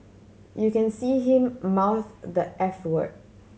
you can see him mouth the f word